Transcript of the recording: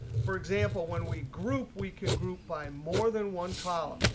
for example, when we group, we can group by more than one column.